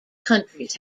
countries